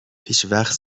هیچوقت